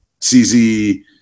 CZ